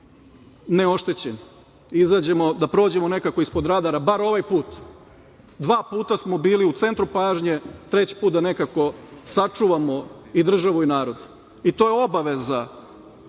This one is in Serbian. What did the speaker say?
neoštećeni, da prođemo nekako ispod radara, bar ovaj put. Dva puta smo bili u centru pažnje, treći put da nekako sačuvamo i državu i narod. I to je obaveza